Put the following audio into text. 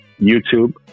YouTube